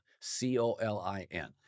C-O-L-I-N